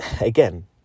again